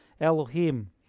Elohim